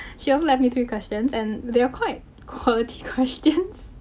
she also left me three questions and they are quite quality questions.